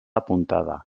apuntada